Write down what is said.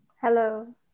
Hello